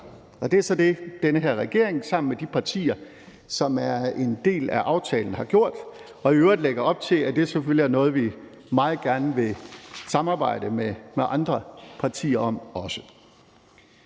og det er så det, den her regering sammen med de partier, som er en del af aftalen, har gjort, og vi lægger i øvrigt op til, at det selvfølgelig er noget, vi også meget gerne vil samarbejde med andre partier om.